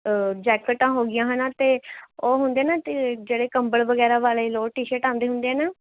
ਜੈਕਟਾਂ ਹੋ ਗਈਆਂ ਹੈ ਨਾ ਅਤੇ ਉਹ ਹੁੰਦੇ ਨਾ ਜ ਜਿਹੜੇ ਕੰਬਲ ਵਗੈਰਾ ਵਾਲੇ ਲੋਰ ਟੀ ਸ਼ਰਟ ਆਉਂਦੇ ਹੁੰਦੇ ਆ ਨਾ